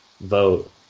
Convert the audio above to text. vote